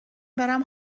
برم